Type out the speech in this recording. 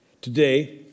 Today